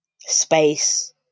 space